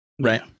right